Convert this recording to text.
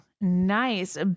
Nice